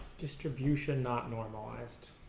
distribution not normalized